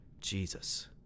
jesus